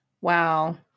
Wow